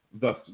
thus